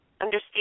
understand